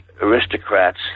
aristocrats